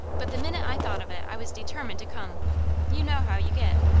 but the minute i thought of it i was determined to come you know how you get.